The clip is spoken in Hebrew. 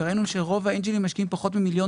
וראינו שרוב האנגלים משקיעים פחות ממיליון